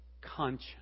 conscience